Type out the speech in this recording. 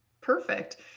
Perfect